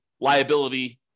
liability